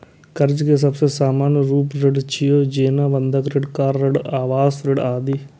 कर्ज के सबसं सामान्य रूप ऋण छियै, जेना बंधक ऋण, कार ऋण, आवास ऋण आदि